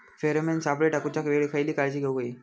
Pheromone सापळे टाकूच्या वेळी खयली काळजी घेवूक व्हयी?